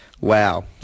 Wow